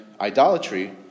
idolatry